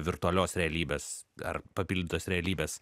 virtualios realybės ar papildytos realybės